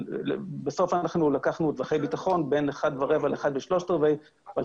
בסוף לקחנו מטווחי ביטחון בין 1 ורבע ל-1 ושלושת-רבעי מיליארד,